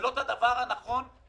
ולא את הדבר הנכון לפוליטיקה.